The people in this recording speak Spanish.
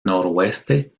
noroeste